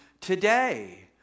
today